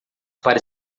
para